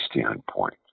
standpoint